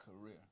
career